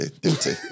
Duty